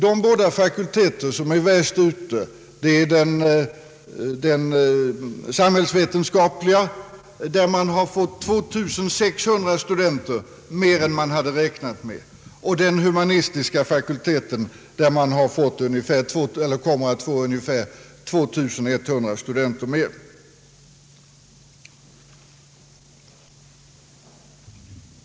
De båda fakulteter som råkar värst ut är den samhällsvetenskapligg — där man kommer att få 2600 studenter mer än beräknat — och den humanistiska, där den ytterligare ökningen blir ungefär 2 100 studenter.